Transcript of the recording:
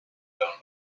done